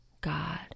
God